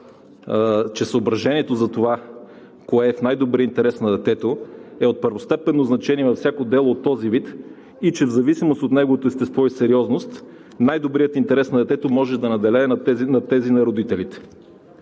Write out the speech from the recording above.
че съображението за това – кое е в добрия интерес на детето, е от първостепенно значение във всяко дело от този вид и че в зависимост от неговото естество и сериозност, най-добрият интерес на детето може да надделее над тези на родителите.